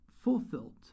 fulfilled